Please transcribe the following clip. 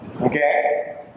Okay